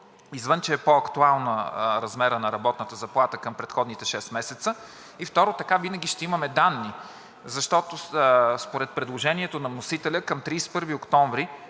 извън, че е по-актуален размерът на работната заплата към предходните шест месеца. Второ, така винаги ще имаме данни. Защото според предложението на вносителя към 31 октомври